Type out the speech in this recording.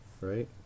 right